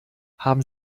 haben